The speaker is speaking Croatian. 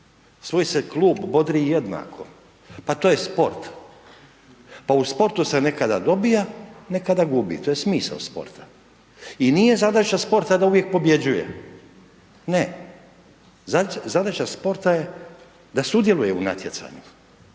Svoj se klub bodri jednako, pa to je sport, pa u sportu se nekada dobija nekada gubi, to je smisao sporta. I nije zadaća sporta da uvijek pobjeđuje, ne, zadaća sporta je da sudjeluje u natjecanju,